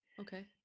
Okay